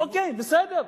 אוקיי, בסדר.